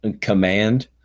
command